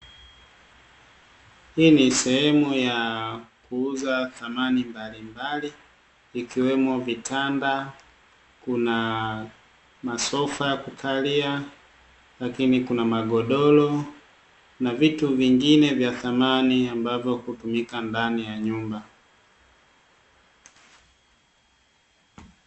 Hii ni sehemu ya kuuza samani mbalimbali, ikiwemo vitanda, kuna masofa ya kukalia, lakini kuna magodoro na vitu vingine vya samani ambavyo hutumika ndani ya nyumba.